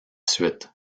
suite